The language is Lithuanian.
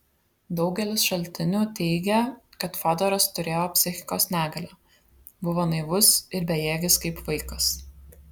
daugelis šaltinių teigia kad fiodoras turėjo psichikos negalę buvo naivus ir bejėgis kaip vaikas